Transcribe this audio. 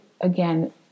again